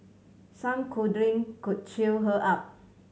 some cuddling could cheer her up